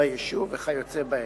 וכיוצא באלה.